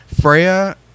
Freya